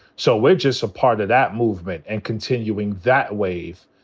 so we're just a part of that movement and continuing that wave.